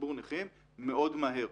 ציבור הנכים מאוד מהר.